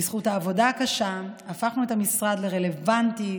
בזכות העבודה הקשה הפכנו את המשרד לרלוונטי,